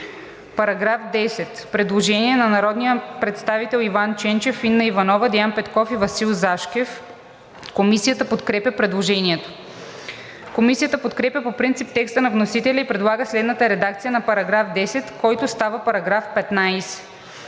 Параграф 10 – предложение на народните представители Иван Ченчев, Инна Иванова, Деян Петков и Васил Зашкев. Комисията подкрепя предложението. Комисията подкрепя по принцип текста на вносителя и предлага следната редакция на § 10, който става § 15: „§ 15.